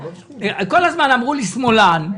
כל הזמן אמרו לי שמאלן.